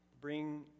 bring